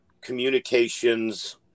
communications